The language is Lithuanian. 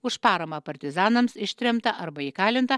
už paramą partizanams ištremta arba įkalinta